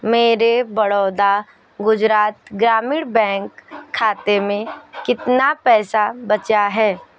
मेरे बड़ौदा गुजरात ग्रामीण बैंक खाते में कितना पैसा बचा है